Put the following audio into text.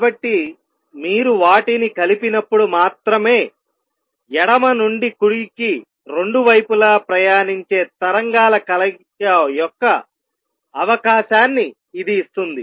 కాబట్టి మీరు వాటిని కలిపినప్పుడు మాత్రమే ఎడమ నుండి కుడికి రెండు వైపులా ప్రయాణించే తరంగాల కలయిక యొక్క అవకాశాన్ని ఇది ఇస్తుంది